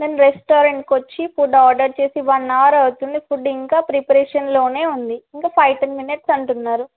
దాను రెస్టారెంట్కి వచ్చి food order చేసి వన్ అవర్ అవుతుంది ఫుడ్ ఇంకా ప్రిపరేషన్లో ఉంది ఇంకా ఫైవ్ టెన్ మినిట్స్ అంటున్నారు